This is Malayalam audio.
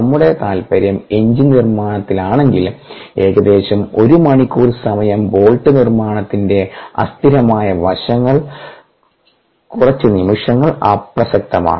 നമ്മുടെ താല്പര്യം എഞ്ചിൻ നിർമ്മാണത്തിലാണെങ്കിൽ ഏകദേശം ഒരു മണിക്കൂർ സമയം ബോൾട്ട് നിർമ്മാണത്തിന്റെ അസ്ഥിരമായ വശങ്ങൾ കുറച്ച് നിമിഷങ്ങൾ അപ്രസക്തമാണ്